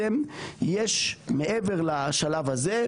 מעבר לשלב הזה,